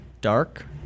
dark